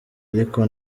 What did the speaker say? ariko